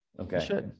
Okay